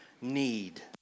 need